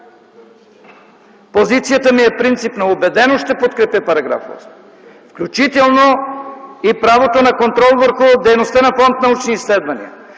Позицията ми е принципна. Убедено ще подкрепя § 8. Включително и правото на контрол върху дейността на Фонд „Научни изследвания”.